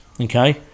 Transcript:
Okay